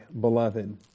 beloved